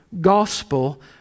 gospel